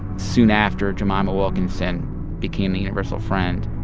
soon after jemima wilkinson became the universal friend